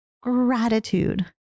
gratitude